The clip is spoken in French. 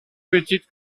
petite